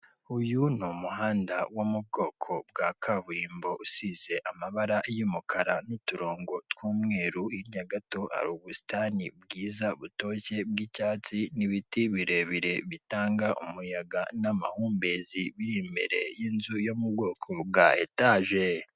Uyu ni umuhanda wo mu bwoko bwa kaburimbo usize amabara y'umukara n'uturongo tw'umweru, hirya gato hari ubusitani bwiza butoshye bw'icyatsi n'ibiti birebire bitanga umuyaga n'amahumbezi biri imbere y'inzu yo mu bwoko bwa etage .